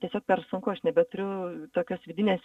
tiesiog per sunku aš nebeturiu tokios vidinės